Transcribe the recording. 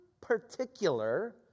particular